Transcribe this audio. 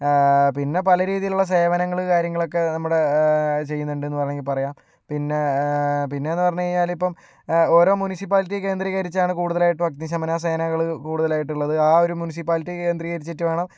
പിന്നെ പലരീതിയിലുള്ള സേവനങ്ങൾ കാര്യങ്ങളൊക്കെ നമ്മുടെ ചെയ്യുന്നുണ്ടെന്നു വേണമെങ്കിൽ പറയാം പിന്നെ പിന്നേയെന്നു പറഞ്ഞു കഴിഞ്ഞാൽ ഇപ്പം ഓരോ മുനിസിപ്പാലിറ്റി കേന്ദ്രീകരിച്ചാണ് കൂടുതലായിട്ടും അഗ്നിശമന സേനകൾ കൂടുതലായിട്ടുള്ളത് ആ ഒരു മുനിസിപ്പാലിറ്റി കേന്ദ്രീകരിച്ചിട്ട് വേണം